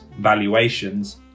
valuations